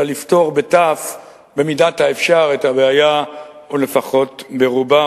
אלא לפתור במידת האפשר את הבעיה או לפחות ברובה.